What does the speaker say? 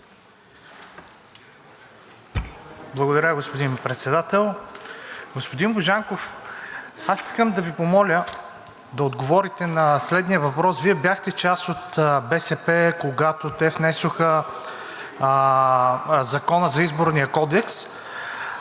Благодаря, господин Председател. Господин Божанков, аз искам да Ви помоля да отговорите на следния въпрос. Вие бяхте част от БСП, когато те внесоха Закона за Изборния кодекс.